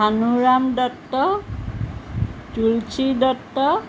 Bhanuram Dutta Tulsi Dutta